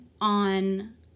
on